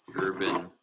Urban